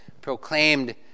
proclaimed